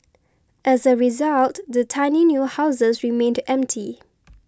as a result the tiny new houses remained empty